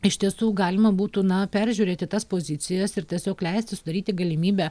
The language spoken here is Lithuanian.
iš tiesų galima būtų na peržiūrėti tas pozicijas ir tiesiog leisti sudaryti galimybę